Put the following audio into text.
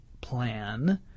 plan